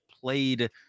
played